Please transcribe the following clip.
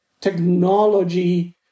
technology